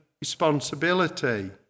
responsibility